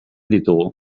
ditugu